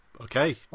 Okay